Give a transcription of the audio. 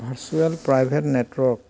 virtual private network